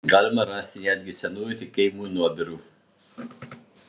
galima rasti netgi senųjų tikėjimų nuobirų